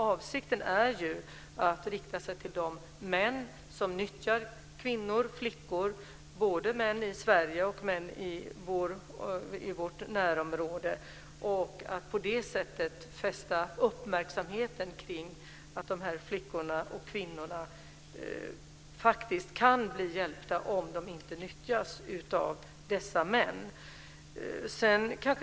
Avsikten är att rikta sig till de män som nyttjar kvinnor och flickor. Det gäller både män i Sverige och män i vårt närområde. På det sättet fäster man uppmärksamheten vid att de här flickorna och kvinnorna faktiskt kan bli hjälpta om de inte nyttjas av dessa män.